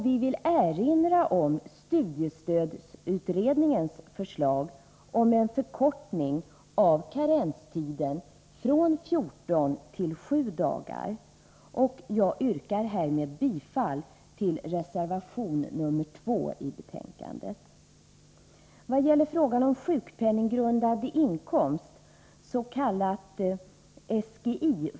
Vi vill erinra om studiestödsutredningens förslag om en förkortning av karenstiden från 14 till 7 dagar. Jag yrkar härmed bifall till reservation nr 2 i betänkandet.